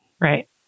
Right